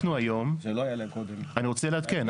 אני רוצה לעדכן,